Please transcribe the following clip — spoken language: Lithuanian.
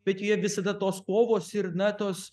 bet joje visada tos kovos ir na tos